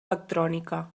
electrònica